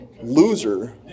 Loser